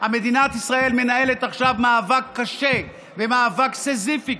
מדינת ישראל מנהלת עכשיו מאבק קשה ומאבק סיזיפי,